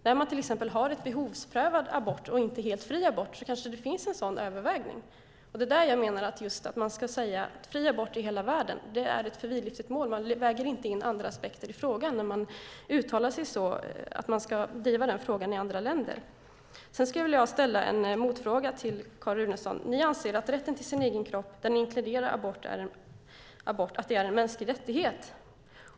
När man har behovsprövad abort och inte helt fri abort kanske det finns en sådan avvägning. Jag menar att fri abort i hela världen är ett för vidlyftigt mål. Man väger inte in andra aspekter i frågan när man uttalar sig så och säger att man ska driva den frågan i andra länder. Sedan vill jag ställa en motfråga till Carin Runeson. Ni anser att rätten till ens egen kropp inkluderar abort och att det är en mänsklig rättighet.